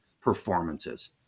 performances